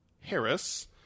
Harris